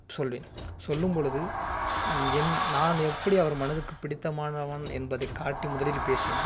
சொல்வேன் சொல்லும்பொழுது என் நான் எப்படி அவர் மனதுக்கு பிடித்தமானவன் என்பதை காட்டி முதலில் பேசினோ